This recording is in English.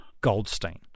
Goldstein